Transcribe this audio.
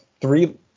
three